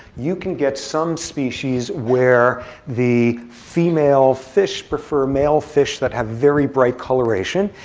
you can get some species where the female fish prefer male fish that have very bright coloration.